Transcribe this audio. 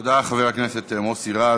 תודה לחבר הכנסת מוסי רז.